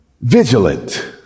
vigilant